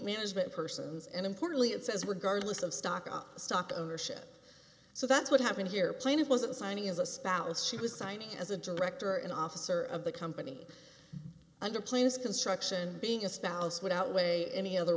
management persons and importantly it says were guard list of stock up stock ownership so that's what happened here plaintiff wasn't signing as a spouse she was signing as a director and officer of the company under plans construction being a spouse would outweigh any other